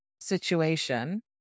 situation